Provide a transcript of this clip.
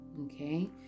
Okay